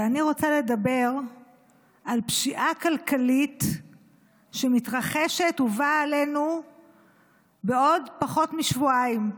ואני רוצה לדבר על פשיעה כלכלית שמתרחשת ובאה עלינו בעוד פחות משבועיים.